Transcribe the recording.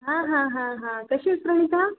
हां हां हां हां कशी आहेस प्रमिता